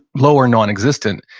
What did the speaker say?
low or non-existent.